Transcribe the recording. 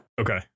Okay